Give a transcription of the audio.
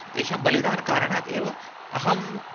तेषां बलिदानकारणात् एव अहं